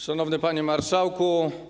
Szanowny Panie Marszałku!